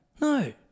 No